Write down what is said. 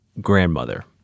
grandmother